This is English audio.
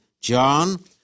John